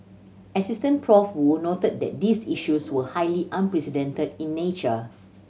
Assistant Prof Woo noted that these issues were highly unprecedented in nature